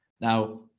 Now